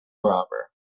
robber